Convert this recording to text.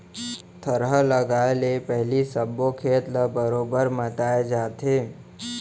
थरहा लगाए ले पहिली सबे खेत ल बरोबर मताए जाथे